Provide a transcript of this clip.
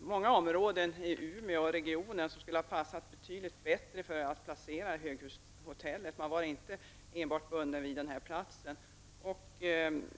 många områden i Umeåregionen som skulle ha passat betydligt bättre för inplacering av ett höghushotell. Man var inte bunden vid en förläggning enbart till denna plats.